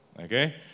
Okay